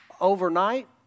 overnight